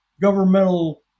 governmental